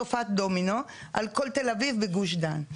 תופעת דומינו על כל תל אביב וגוש דן.